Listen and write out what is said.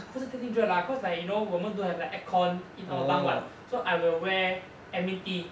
不是天气热 lah cause like 我们 don't have like aircon in our bunk [what] so I will wear admin tee